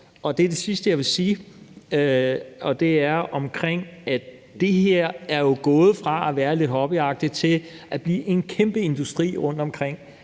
det sidste, jeg vil sige, er, at det her jo er gået fra at være noget lidt hobbyagtigt til at blive en kæmpe industri rundtomkring